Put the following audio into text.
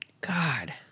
God